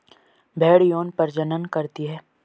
भेड़ यौन प्रजनन करती है